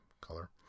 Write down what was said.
color